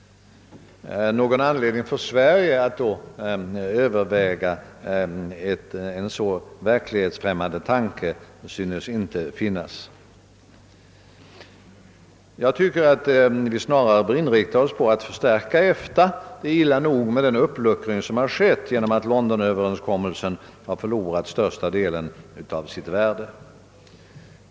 Någon anledning för Sverige att då överväga en så verklighetsfrämmande tanke synes inte finnas. Jag tycker att vi snarare bör inrikta oss på att förstärka EFTA. Det är illa nog med den uppluckring som skett genom att Londonöverenskommelsen förlorat största delen av sitt värde.